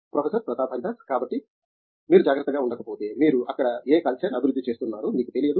professor Pratap Haridas కాబట్టి మీరు జాగ్రత్తగా ఉండకపోతే మీరు అక్కడ ఏ కల్చర్ అభివృద్ధి చేస్తున్నారో మీకు తెలియదు